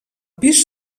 pis